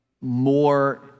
more